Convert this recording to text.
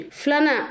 flana